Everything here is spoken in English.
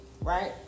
right